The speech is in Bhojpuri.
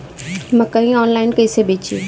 मकई आनलाइन कइसे बेची?